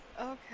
Okay